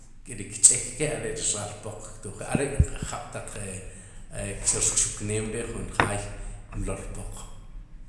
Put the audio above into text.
Ri kch'ek ke are ri raal poq ktojik are jab'taq e e chukneem jun jaay mlow poq.